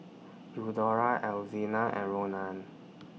Eudora Alzina and Ronan